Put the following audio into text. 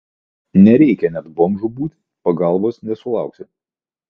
nereikia net bomžu būti pagalbos nesulauksi